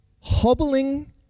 hobbling